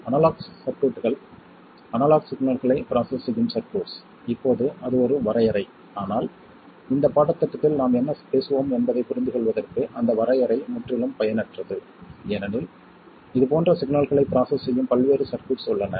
analogue சர்க்யூட்கள் analog சிக்னல்களை process செய்யும் சர்க்யூட்ஸ் இப்போது அது ஒரு வரையறை ஆனால் இந்த பாடத்திட்டத்தில் நாம் என்ன பேசுவோம் என்பதைப் புரிந்துகொள்வதற்கு அந்த வரையறை முற்றிலும் பயனற்றது ஏனெனில் இது போன்ற சிக்னல்களை ப்ராசஸ் செய்யும் பல்வேறு சர்க்யூட்ஸ் உள்ளன